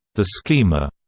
the schema,